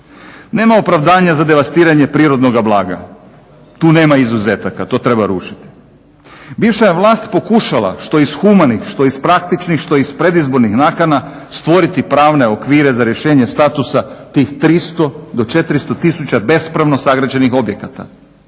Nema opravdanja za devastiranje prirodnoga blaga, tu nema izuzetaka, to treba rušiti. Bivša je vlast pokušala što iz humanih, što iz praktičnih, što iz predizbornih nakana stvoriti pravne okvire za rješenje statusa tih 300 do 400 tisuća bespravno sagrađenih objekata.